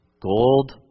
Gold